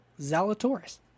Zalatoris